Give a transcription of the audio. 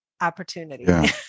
opportunity